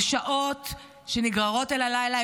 זה שעות שנגררות אל הלילה.